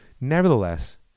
Nevertheless